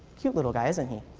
cute little guy, isn't he?